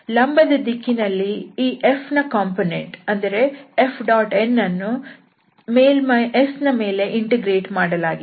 ಲಂಬದ ದಿಕ್ಕಿನಲ್ಲಿ ಈ F ನ ಕಂಪೋನೆಂಟ್ Fn ಅನ್ನು ಮೇಲ್ಮೈ S ನ ಮೇಲೆ ಇಂಟಿಗ್ರೇಟ್ ಮಾಡಲಾಗಿದೆ